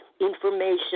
information